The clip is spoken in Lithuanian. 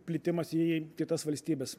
plitimas į kitas valstybes